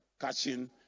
catching